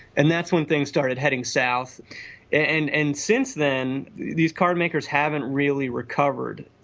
and that's when things started heading south and and since then these carmakers haven't really recovered.